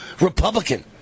Republican